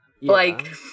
Like-